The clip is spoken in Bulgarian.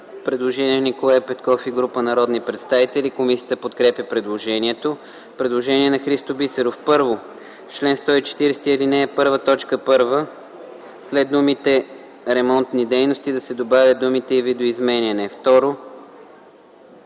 предложение на Николай Петков и група народни представители. Комисията подкрепя предложението. Предложение на Христо Бисеров: „1. В чл. 140, ал. 1, т. 1, ал. 5 след думите „ ремонтни дейности” да се добавят думите „и видоизменяне”. 2.